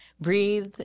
breathe